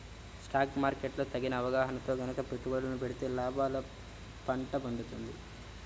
stock market లో తగిన అవగాహనతో గనక పెట్టుబడులను పెడితే లాభాల పండ పండుతుంది